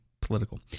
political